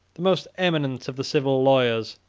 the most eminent of the civil lawyers,